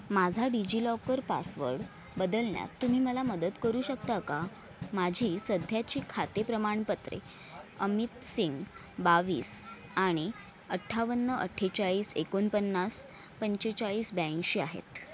माझा DigiLocker password बदलण्यात तुम्ही मला मदत करू शकता का माझी सध्याची खाते प्रमाणपत्रे अमित सिंग बावीस आणि अठ्ठावन्न अठ्ठेचाळीस एकोणपन्नास पंचेचाळीस ब्याऐंशी आहेत